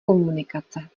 komunikace